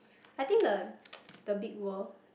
I think the the big world